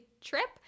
trip